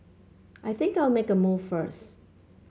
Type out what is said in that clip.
I think I'll make a move first